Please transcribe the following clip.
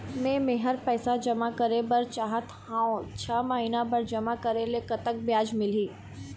मे मेहर पैसा जमा करें बर चाहत हाव, छह महिना बर जमा करे ले कतक ब्याज मिलही?